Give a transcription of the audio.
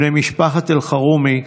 בני משפחת אלחרומי,